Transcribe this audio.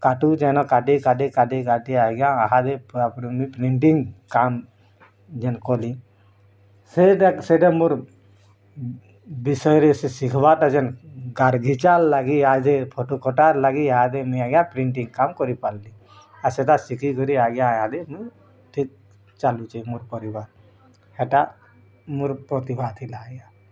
କାଟୁ ଜେନା କାଟି କାଟି କାଟି କାଟି ଆଜ୍ଞା ୟାହାଦେ ପ୍ରିଣ୍ଟିଂ କାମ ଯେନ୍ କଲି ସେଇଟା ସେଇଟା ମୋର ବିଷୟରେ ସିଖବାଟା ଯେନ୍ ଗାଁରେ ଘୀଚା ଲାଗି ଆଜି ଫଟୁ କଟାର୍ ଲାଗି ଆ ଦିନ୍ ଆଜ୍ଞା ପ୍ରିଣ୍ଟିଂ କାମ କରି ପାରିଲି ଆଉ ସେଇଟା ଶିଖି କରି ଆଜ୍ଞା ଆଇଲି ଠିକ୍ ଚାଲୁଛି ମୋର୍ ପରିବାର ହେଟା ମୋର ପ୍ରତିଭା ଥିଲା ଆଜ୍ଞା